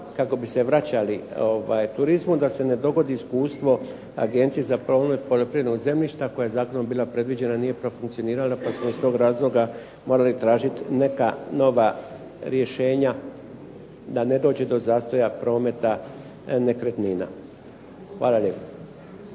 kako bi se vraćali turizmu da se ne dogodi iskustvo Agencije za promet poljoprivrednog zemljišta koja je zakonom bila predviđena, nije profunkcionirala, pa smo iz tog razloga morali tražiti neka nova rješenja da ne dođe do zastoja prometa nekretnina. Hvala lijepo.